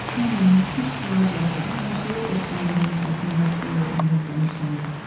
you know it's still fragile, but how i hear this language of mercy and redemption,